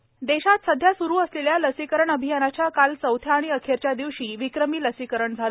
लसीकरण अभियान देशात सध्या सुरू असलेल्या लसीकरण अभियानाच्या काल चौथ्या आणि अखेरच्या दिवशी विक्रमी लसीकरण झालं